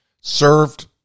served